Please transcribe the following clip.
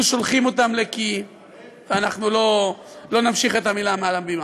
שולחים אותם לקי-; לא נמשיך את המילה מעל הבימה.